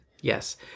Yes